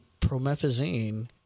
Promethazine